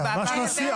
זה ממש לא השיח,